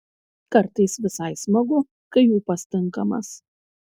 kartais visai smagu kai ūpas tinkamas